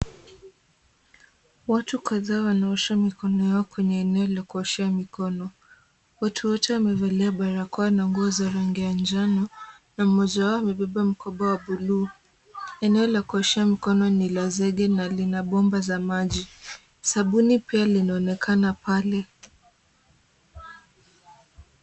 Watu kadhaa wanaosha mikono yao kwenye eneo ya kuoshea mikono. Watu wote wamevalia barakoa na nguo za rangi za njano na mmoja wao amebeba mkoba wa buluu. Eneo la kuoshea mkono ni la zege na lina bomba za maji. Sabuni pia linaonekana pale.